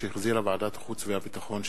שהחזירה ועדת החוץ והביטחון.